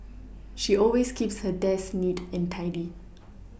she always keeps her desk neat and tidy